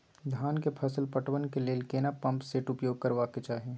धान के फसल पटवन के लेल केना पंप सेट उपयोग करबाक चाही?